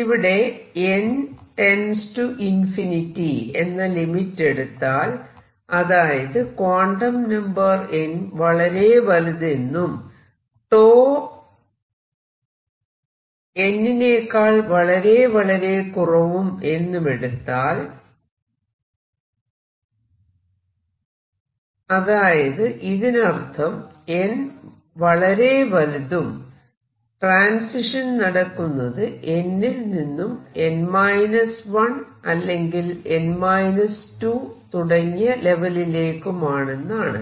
ഇവിടെ n →∞ എന്ന limit എടുത്താൽ അതായത് ക്വാണ്ടം നമ്പർ n വളരെ വലുത് എന്നും 𝞃 n എന്നുമെടുത്താൽ അതായത് ഇതിനർത്ഥം n വളരെ വലുതും ട്രാൻസിഷൻ നടക്കുന്നത് n ൽ നിന്നും n 1 അല്ലെങ്കിൽ n 2 തുടങ്ങിയ ലെവലിലേക്കുമാണെന്നാണ്